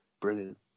brilliant